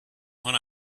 when